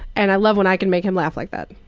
and i love when i can make him laugh like that.